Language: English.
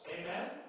Amen